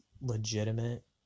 legitimate